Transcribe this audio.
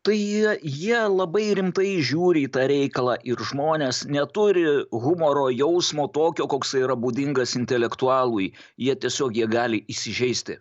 tai jie jie labai rimtai žiūri į tą reikalą ir žmonės neturi humoro jausmo tokio koks yra būdingas intelektualui jie tiesiog jie gali įsižeisti